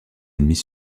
ennemis